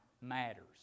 matters